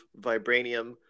vibranium